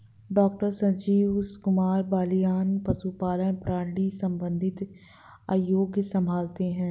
doctor Sanjeev Kumar Balyan पशुपालन प्रणाली संबंधित आयोग संभालते हैं